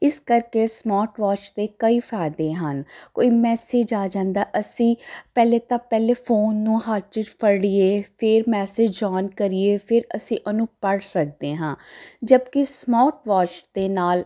ਇਸ ਕਰਕੇ smart watch ਦੇ ਕਈ ਫਾਇਦੇ ਹਨ ਕੋਈ ਮੈਸੇਜ ਆ ਜਾਂਦਾ ਅਸੀਂ ਪਹਿਲੇ ਤਾਂ ਪਹਿਲੇ ਫੋਨ ਨੂੰ ਹੱਥ 'ਚ ਫੜੀਏ ਫਿਰ ਮੈਸੇਜ ਆਨ ਕਰੀਏ ਫਿਰ ਅਸੀਂ ਉਹਨੂੰ ਪੜ੍ਹ ਸਕਦੇ ਹਾਂ ਜਦਕਿ ਸਮਾਰਟ ਵਾਚ ਦੇ ਨਾਲ